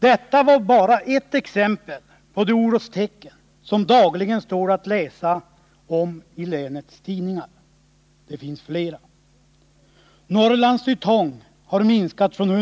Detta är bara ett exempel på de orostecken som dagligen står att läsa om i länets tidningar.